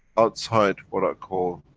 outside, what i call,